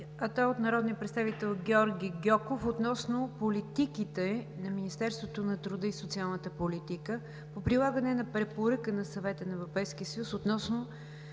а то е от народния представител Георги Гьоков относно политиките на Министерството на труда и социалната политика по прилагане на препоръка на Съвета на Европейския съюз относно